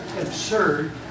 absurd